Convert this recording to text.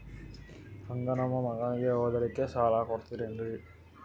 ಹಂಗ ನಮ್ಮ ಮಗನಿಗೆ ಓದಲಿಕ್ಕೆ ಸಾಲ ಕೊಡ್ತಿರೇನ್ರಿ?